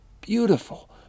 beautiful